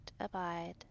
abide